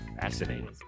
fascinating